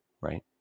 right